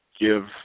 give